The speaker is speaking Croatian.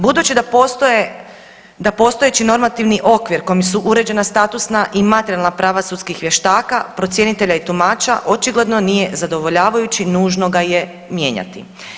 Budući da postoje, da postojeći normativni okvir kojim su uređena statusna i materijalna prava sudskih vještaka, procjenitelja i tumača očigledno nije zadovoljavajući nužno ga je mijenjati.